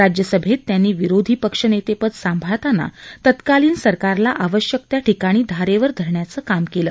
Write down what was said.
राज्यसभेत त्यांनी विरोधी पक्षनेतेपद सांभाळताना तत्कालीन सरकारला आवश्यक त्या ठिकाणी धारेवर धरण्याचं काम केलं